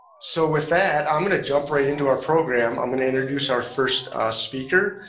so with that, i'm going to jump right into our program. i'm going to introduce our first speaker.